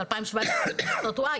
בפעם השבע עשרה החליטו לעשות וואי.